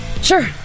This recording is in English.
Sure